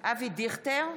אבי דיכטר,